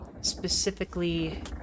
specifically